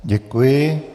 Děkuji.